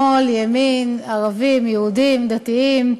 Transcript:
שמאל, ימין, ערבים, יהודים, דתיים,